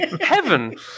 Heaven